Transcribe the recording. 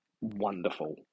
wonderful